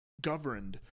governed